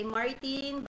Martin